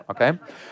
okay